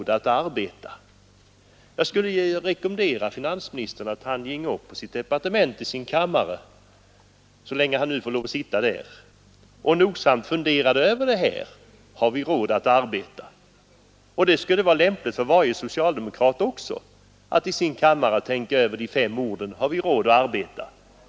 Jag skulle rekommendera finansministern att gå upp till sin kammare på finansdepartementet medan han ännu får sitta kvar där och nogsamt fundera över dessa ord. Det skulle också vara lämpligt för alla andra socialdemokrater att i sina kamrar tänka över orden ”har vi råd att arbeta?